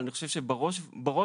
אבל אני חושב שבראש ובראשונה,